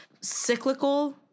cyclical